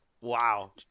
Wow